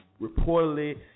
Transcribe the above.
reportedly